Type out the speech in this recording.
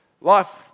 life